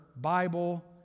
Bible